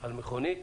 על מכונית,